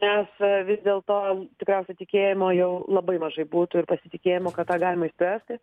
nes vis dėlto tikriausiai tikėjimo jau labai mažai būtų ir pasitikėjimo kad tą galima išspręsti